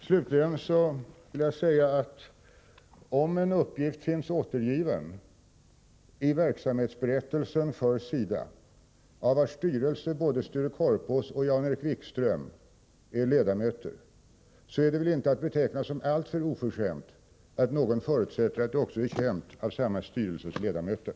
Slutligen vill jag säga att om en uppgift finns återgiven i verksamhetsberättelsen för SIDA, av vars styrelse både Sture Korpås och Jan-Erik Wikström är ledamöter, är det väl inte att beteckna som alltför oförskämt om någon förutsätter att uppgiften är känd av samma styrelses ledamöter.